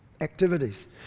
activities